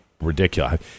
Ridiculous